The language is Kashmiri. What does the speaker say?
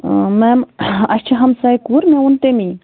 میم اَسہِ چھِ ہمساے کوٗر مےٚ ووٚن تمی